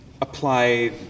apply